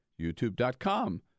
youtube.com